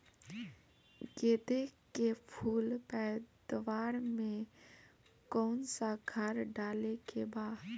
गेदे के फूल पैदवार मे काउन् सा खाद डाले के बा?